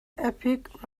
epic